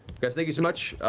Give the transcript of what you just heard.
guys, thank you so much.